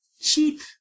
cheap